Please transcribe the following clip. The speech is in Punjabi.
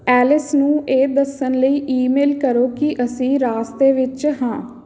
ਐਲਿਸ ਨੂੰ ਇਹ ਦੱਸਣ ਲਈ ਈਮੇਲ ਕਰੋ ਕਿ ਅਸੀਂ ਰਾਸਤੇ ਵਿੱਚ ਹਾਂ